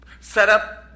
setup